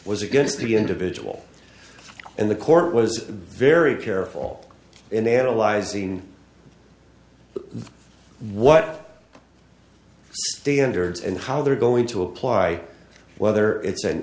was against the individual and the court was very careful in analyzing what standards and how they're going to apply whether it's an